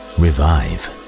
revive